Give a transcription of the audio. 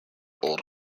old